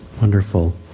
Wonderful